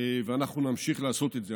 ואנחנו נמשיך לעשות את זה.